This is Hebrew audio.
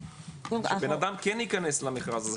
שבנאדם כן ייכנס למכרז הזה,